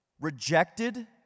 rejected